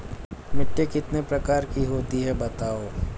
मिट्टी कितने प्रकार की होती हैं बताओ?